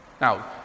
Now